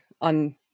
on